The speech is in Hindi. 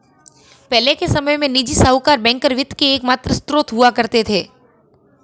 पहले के समय में निजी साहूकर बैंकर वित्त के एकमात्र स्त्रोत हुआ करते थे